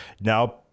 now